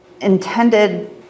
intended